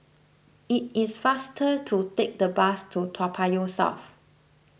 it is faster to take the bus to Toa Payoh South